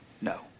No